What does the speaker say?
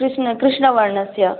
कृष्ण कृष्णवर्णस्य